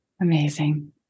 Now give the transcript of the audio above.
Amazing